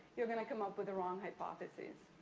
you're gonna come up with the wrong hypothesis.